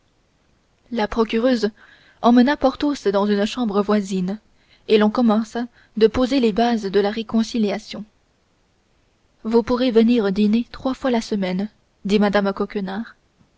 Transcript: la procureuse emmena porthos dans une chambre voisine et l'on commença de poser les bases de la réconciliation vous pourrez venir dîner trois fois la semaine dit mme